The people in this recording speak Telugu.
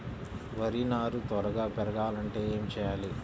వరి నారు త్వరగా పెరగాలంటే ఏమి చెయ్యాలి?